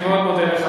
אני מאוד מודה לך.